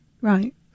Right